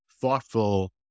thoughtful